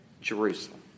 Jerusalem